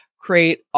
create